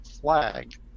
flag